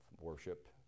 worship